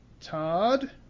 Todd